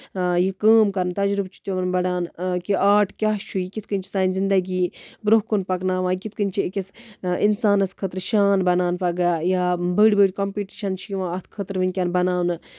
یہِ کٲم کَرٕنۍ تَجرُبہٕ چھُ تِمن بَڑان کہِ آرٹ کیاہ چھُ یہِ کِتھ کٔنۍ چھُ سانہِ زِندگی برونٛہہ کُن پَکناوان کِتھ کٔنۍ چھِ أکِس اِنسانَس خٲطرٕ شان بَنان پَگہہ یا بٔڑۍ بٔڑۍ کَمپِٹشَن چھِ یِوان اَتھ خٲطرٕ وُنکیٚن بَناونہٕ